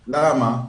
למה?